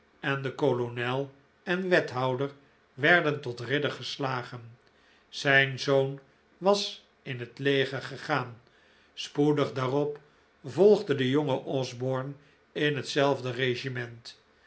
en de kolonel en wethouder werden tot ridder gestagen zijn zoon was in het leger gegaan spoedig daarop volgde de jonge osborne in hetzelfde regiment